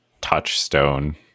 touchstone